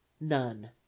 none